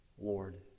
Lord